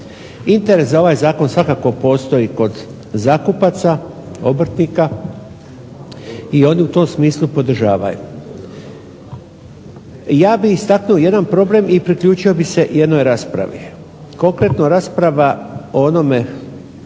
Interes za ovaj zakon svakako postoji kod zakupaca, obrtnika i oni u tom smislu podržavaju. Ja bih istaknuo jedan problem i priključio bih se jednoj raspravi. Konkretno rasprava o onome